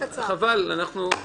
שאחראי לוודא שיש נהלים,